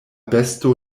besto